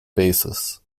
basis